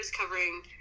covering